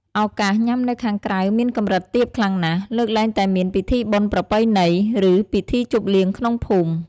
ឱកាសញ៉ាំនៅខាងក្រៅមានកម្រិតទាបខ្លាំងណាស់ លើកលែងតែមានពិធីបុណ្យប្រពៃណី ឬពិធីជប់លៀងក្នុងភូមិ។